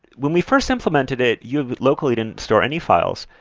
when we first implemented it you locally didn't store any files.